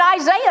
Isaiah